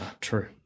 True